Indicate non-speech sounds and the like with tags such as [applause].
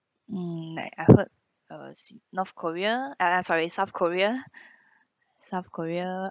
mm like I heard uh s~ north korea ah ah sorry south korea [breath] south korea